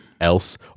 else